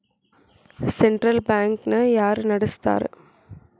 Central bank ನ ಯಾರ್ ನಡಸ್ತಾರ?